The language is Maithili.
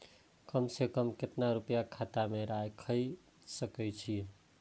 कम से कम केतना रूपया खाता में राइख सके छी?